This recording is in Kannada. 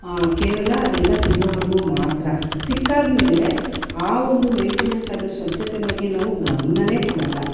ಕೇವಲ ಅದೆಲ್ಲ ಸಿಗೋವರ್ಗು ಮಾತ್ರ ಸಿಕ್ಕಾದಮೇಲೆ ಆ ಒಂದು ಮೇಯ್ಟೆನೆನ್ಸ್ ಅದರ ಸ್ವಚ್ಚತೆ ಬಗ್ಗೆ ನಾವು ಗಮ್ನವೇ ಕೊಡೋಲ್ಲ